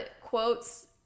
quotes